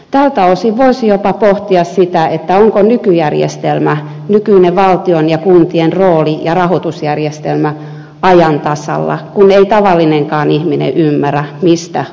tältä osin voisi jopa pohtia sitä onko nykyjärjestelmä nykyinen valtion ja kuntien rooli ja rahoitusjärjestelmä ajan tasalla kun ei tavallinenkaan ihminen ymmärrä mistä on kysymys